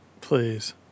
please